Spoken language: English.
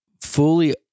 fully